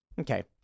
Okay